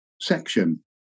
section